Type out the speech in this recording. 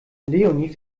leonie